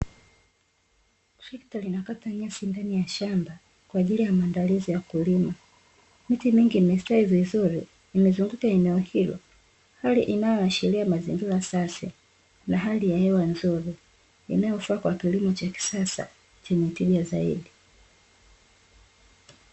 Trekta linakata nyasi ndani ya shamba kwa ajili ya maandalizi ya kulima, miti mingi imestawi vizuri imezunguka eneo hilo, hali inayoashiria mazingira safi na hali ya hewa nzuri inayofaa kwa kilimo cha kisasa.